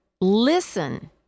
listen